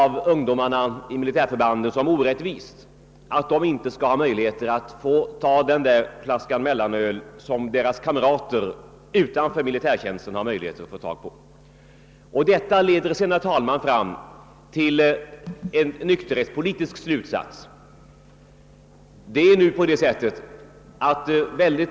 Ungdomarna i militärförbanden bedömer det såsom orättvist att de inte där skall ha möjlighet att dricka den flaska mellanöl som deras kamrater utanför militärtjänsten kan göra. Detta leder, herr talman, fram till en nykterhetspolitisk slutsats.